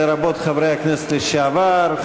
לרבות חברי הכנסת לשעבר,